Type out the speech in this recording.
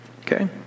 Okay